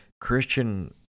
christian